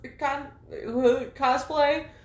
cosplay